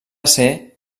ser